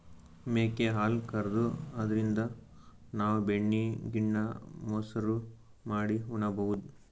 ಮೇಕೆ ಹಾಲ್ ಕರ್ದು ಅದ್ರಿನ್ದ್ ನಾವ್ ಬೆಣ್ಣಿ ಗಿಣ್ಣಾ, ಮಸರು ಮಾಡಿ ಉಣಬಹುದ್